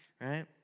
right